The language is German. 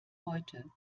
heute